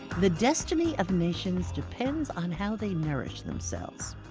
the destiny of nations depends on how they nourish themselves,